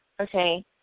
okay